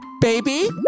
Baby